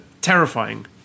terrifying